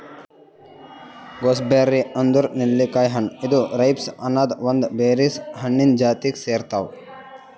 gooseberry ಅಂದುರ್ ನೆಲ್ಲಿಕಾಯಿ ಹಣ್ಣ ಇದು ರೈಬ್ಸ್ ಅನದ್ ಒಂದ್ ಬೆರೀಸ್ ಹಣ್ಣಿಂದ್ ಜಾತಿಗ್ ಸೇರ್ತಾವ್